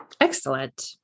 Excellent